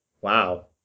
Wow